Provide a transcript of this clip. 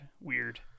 Weird